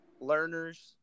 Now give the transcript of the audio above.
learners